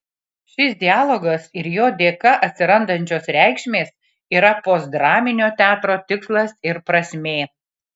šis dialogas ir jo dėka atsirandančios reikšmės yra postdraminio teatro tikslas ir prasmė